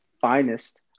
finest